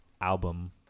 album